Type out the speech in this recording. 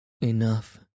Enough